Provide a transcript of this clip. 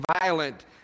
violent